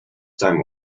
time